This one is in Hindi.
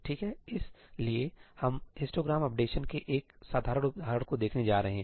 ठीक है इसलिए हम हिस्टोग्राम अपडेशन के एक साधारण उदाहरण को देखने जा रहे हैं